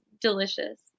delicious